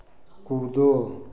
कूदो